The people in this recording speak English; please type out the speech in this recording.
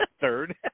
Third